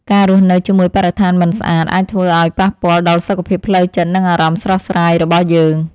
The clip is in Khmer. ការរស់នៅជាមួយបរិស្ថានមិនស្អាតអាចធ្វើឱ្យប៉ះពាល់ដល់សុខភាពផ្លូវចិត្តនិងអារម្មណ៍ស្រស់ស្រាយរបស់យើង។